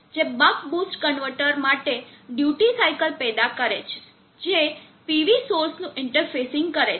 જે buck boost converter માટે duty cycle પેદા કરે છે જે PV સોર્સનું ઇન્ટરફેસિંગ કરે છે